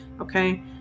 Okay